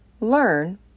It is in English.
learn